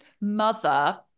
mother